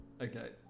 Okay